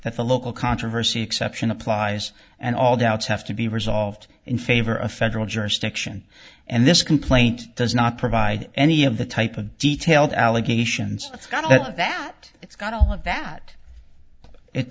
that the local controversy exception applies and all doubts have to be resolved in favor of federal jurisdiction and this complaint does not provide any of the type of detailed allegations it's got a lot of that it